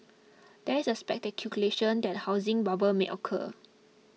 there is a speculation that a housing bubble may occur